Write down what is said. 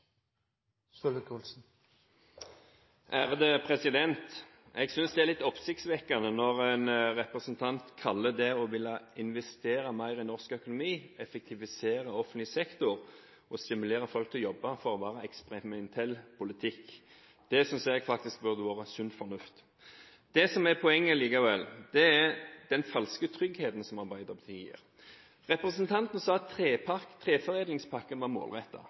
litt oppsiktsvekkende når en representant kaller det å ville investere mer i norsk økonomi, effektivisere offentlig sektor og stimulere folk til å jobbe for eksperimentell politikk. Det synes jeg faktisk burde være sunn fornuft. Poenget er likevel den falske tryggheten som Arbeiderpartiet gir. Representanten sa at treforedlingspakken var